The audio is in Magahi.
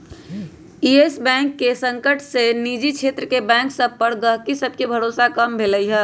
इयस बैंक के संकट से निजी क्षेत्र के बैंक सभ पर गहकी सभके भरोसा कम भेलइ ह